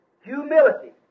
Humility